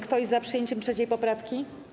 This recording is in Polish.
Kto jest za przyjęciem 3. poprawki?